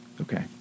okay